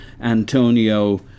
Antonio